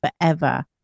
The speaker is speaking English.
forever